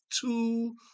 two